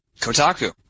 Kotaku